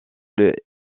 les